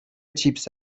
چیپس